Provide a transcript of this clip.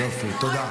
יופי, תודה.